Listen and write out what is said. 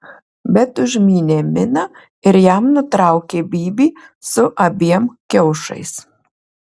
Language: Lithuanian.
bet užmynė miną ir jam nutraukė bybį su abiem kiaušais